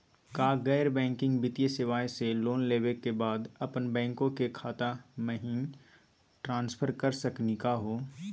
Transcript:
का गैर बैंकिंग वित्तीय सेवाएं स लोन लेवै के बाद अपन बैंको के खाता महिना ट्रांसफर कर सकनी का हो?